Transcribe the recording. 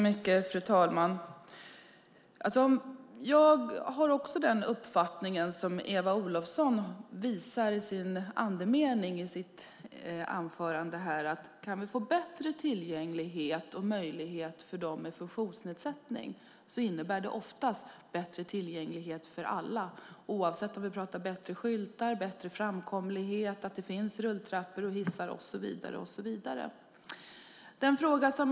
Fru talman! Jag har samma uppfattning som visas i andemeningen i Eva Olofssons anförande, nämligen att kan vi få bättre tillgänglighet och möjligheter för dem med funktionsnedsättning innebär det oftast bättre tillgänglighet för alla. Det gäller oavsett om vi pratar om bättre skyltar, bättre framkomlighet, att det finns rulltrappor och hissar och så vidare.